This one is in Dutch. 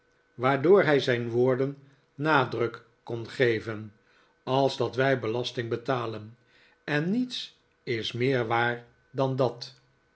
waardoor hij zijn woorden nadruk kon geven als dat wij belasting betalen en niets is meer waar dan dat